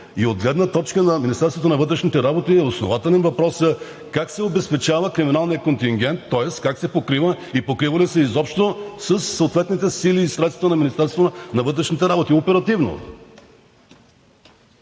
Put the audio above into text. и от гледна точка на Министерството на вътрешните работи е основателен въпросът: как се обезпечава криминалният контингент, тоест как се покрива и покрива ли се изобщо със съответните сили и средства на Министерството оперативно?